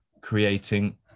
creating